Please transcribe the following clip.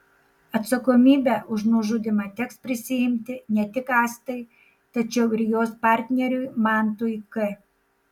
atsakomybę už nužudymą teks prisiimti ne tik astai tačiau ir jos partneriui mantui k